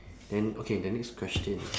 then okay the next question